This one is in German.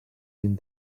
ihm